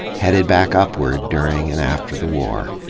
headed back upward during and after the war,